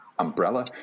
umbrella